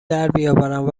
دربیاورند